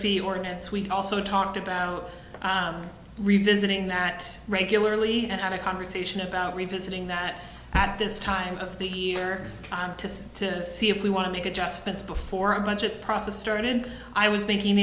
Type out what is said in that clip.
fee ordinance we also talked about revisiting that regularly and had a conversation about revisiting that at this time of the year to see if we want to make adjustments before a budget process started i was making